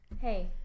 hey